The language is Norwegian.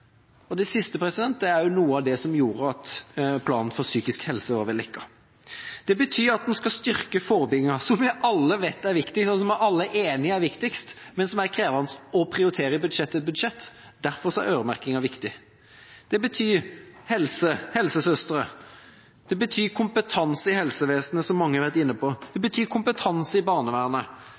Det siste er noe av det som gjorde at planen for psykisk helse var vellykket. Dette betyr at en skal styrke forebygginga, som vi alle vet er viktig, og som vi alle er enige om er viktigst, men som er krevende å prioritere i budsjett etter budsjett. Derfor er øremerking viktig. Dette betyr helse, helsesøstre. Det betyr kompetanse i helsevesenet, som mange har vært inne på. Det betyr kompetanse i barnevernet.